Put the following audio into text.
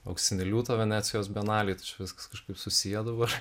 auksinį liūtą venecijos benalėj tai čia viskas kažkaip susiję dabar